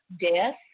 death